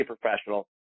professional